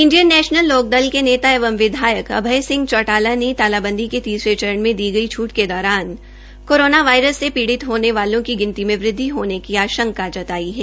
Indian national Lokdal के नेता एंव विधाययक अभय सिंह चौटाला ने तालाबंदी के तीसरे चरण में दी गई छूट के दौरान नोवेल कोरोना वायरस से पीडि़त होने वालों की गिनती में वृद्वि होने की आशंका जताई है